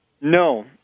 No